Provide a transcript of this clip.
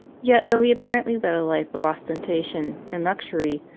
yet, though he apparently led a life of osten tation and luxury,